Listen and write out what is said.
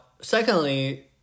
secondly